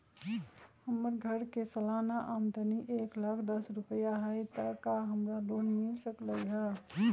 हमर घर के सालाना आमदनी एक लाख दस हजार रुपैया हाई त का हमरा लोन मिल सकलई ह?